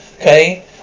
Okay